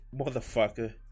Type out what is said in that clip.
motherfucker